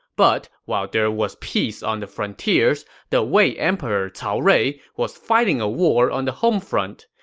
but while there was peace on the frontiers, the wei emperor cao rui was fighting a war on the homefront.